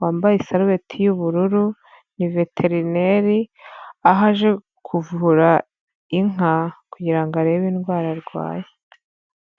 wambaye isarubeti y'ubururu, ni veterineri ,aho aje kuvura inka, kugira ngo arebe indwara arwaye.